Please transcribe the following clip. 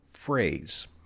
phrase